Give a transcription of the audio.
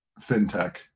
FinTech